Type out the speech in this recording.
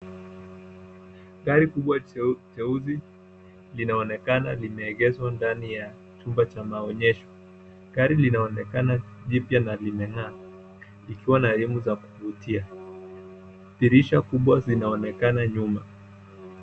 Gari kubwa jeusi linaonekana limeegeshwa ndani ya chumba cha maonyesho. Gari linaonekana jipya na lime ng'aa, likiwa na rimu za kuvutia. Dirisha kubwa zinaonekana nyuma.